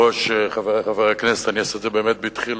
חברי חברי הכנסת, הצעת חוק